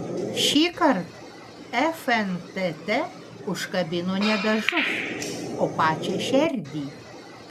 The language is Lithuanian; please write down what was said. šįkart fntt užkabino ne dažus o pačią šerdį